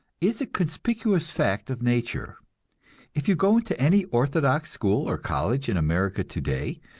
is a conspicuous fact of nature if you go into any orthodox school or college in america today,